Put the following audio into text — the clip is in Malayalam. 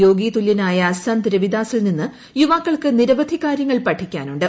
യോഗീതുലൃനായ സന്ത് രവിദാസിൽ നിന്ന് യുവാക്കൾക്ക് നിരവധി കാര്യങ്ങൾ പഠിക്കാനുണ്ട്